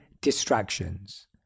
distractions